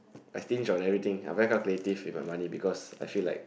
I stingy on everything I very calculative if got money because I feel like